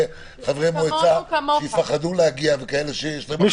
חברי מועצה שיפחדו להגיע וכאלה שיש להם מחלות